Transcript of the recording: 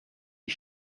his